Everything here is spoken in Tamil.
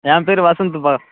என் பேர் வசந்த்துப்பா